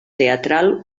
teatral